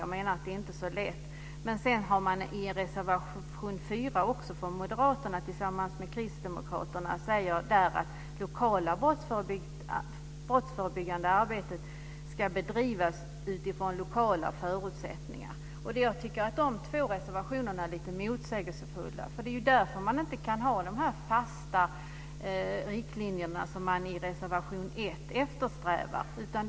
Jag menar att det inte är så lätt. I Kristdemokraterna att det lokala brottsförebyggande arbetet ska bedrivas utifrån lokala förutsättningar. Jag tycker att de två reservationerna är lite motsägelsefulla. Det är därför man inte kan ha de här fasta riktlinjerna som man eftersträvar i reservation 1.